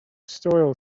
soil